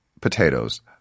potatoes